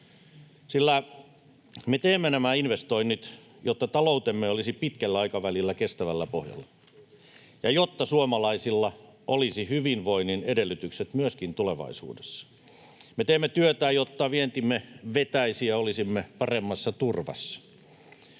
Me teemme nämä investoinnit, jotta taloutemme olisi pitkällä aikavälillä kestävällä pohjalla ja jotta suomalaisilla olisi hyvinvoinnin edellytykset myöskin tulevaisuudessa. Me teemme työtä, jotta vientimme vetäisi ja olisimme paremmassa turvassa.